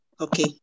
Okay